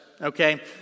okay